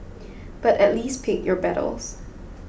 but at least pick your battles